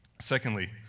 Secondly